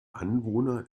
anwohner